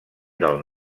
del